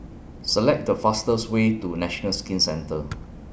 Select The fastest Way to National Skin Centre